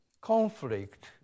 conflict